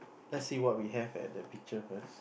lets see what we have at the picture first